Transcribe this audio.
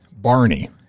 Barney